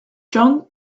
john